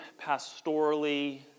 pastorally